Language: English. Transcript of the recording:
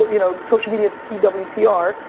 you know, social media t w t r.